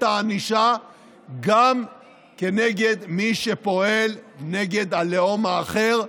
הענישה גם כנגד מי שפועל נגד הלאום האחר.